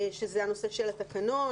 שזה הנושא של התקנון,